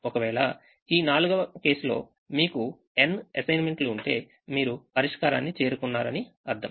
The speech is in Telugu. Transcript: ఒకవేళ ఈ 4వ కేసులో మీకు n అసైన్మెంట్లు ఉంటే మీరు పరిష్కారాన్ని చేరుకున్నారు అని అర్థం